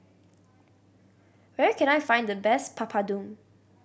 where can I find the best Papadum